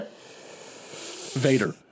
Vader